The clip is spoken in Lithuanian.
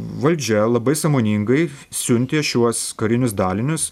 valdžia labai sąmoningai siuntė šiuos karinius dalinius